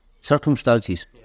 circumstances